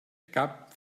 cap